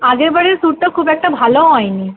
আগেরবারের সুটটা খুব একটা ভালো হয়নি